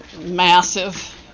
massive